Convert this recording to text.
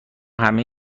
همه